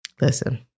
Listen